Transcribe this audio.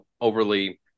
overly